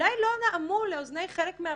שאולי לא נעמו לאוזני חלק מהמאזינים,